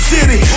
City